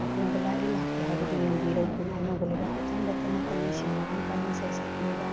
ꯑꯍꯣꯡꯕ ꯂꯥꯛꯏ ꯂꯥꯛꯇꯦ ꯍꯥꯏꯕꯗꯨ ꯌꯦꯡꯕꯤꯔꯒ ꯑꯩꯈꯣꯏꯅ ꯑꯅꯧꯕ ꯂꯩꯕꯥꯛ ꯍꯥꯞꯆꯤꯟꯕꯇ ꯅꯠꯇꯅ ꯏꯁꯤꯡ ꯃꯔꯥꯡ ꯀꯥꯏꯅ ꯆꯥꯏꯁꯤꯟꯕꯤꯕ